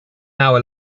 hour